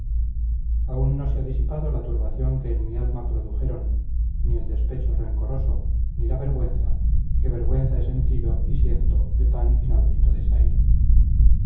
aún no se ha disipado la turbación que en mi alma produjeron ni el despecho rencoroso ni la vergüenza que vergüenza he sentido y siento de tan inaudito desaire